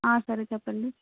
ఆ సరే చెప్పండి